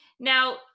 Now